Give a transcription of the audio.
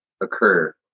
occur